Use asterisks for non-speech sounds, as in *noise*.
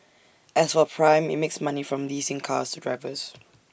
as for prime IT makes money from leasing cars to drivers *noise*